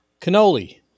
cannoli